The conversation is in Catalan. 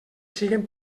siguen